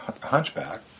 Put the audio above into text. Hunchback